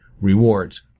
rewards